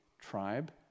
tribe